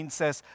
says